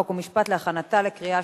חוק ומשפט נתקבלה.